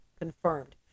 confirmed